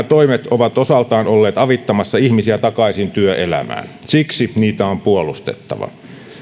toimet ovat osaltaan olleet avittamassa ihmisiä takaisin työelämään siksi niitä on puolustettava